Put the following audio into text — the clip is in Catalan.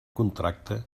contracte